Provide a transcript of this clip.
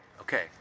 Okay